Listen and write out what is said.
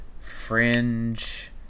fringe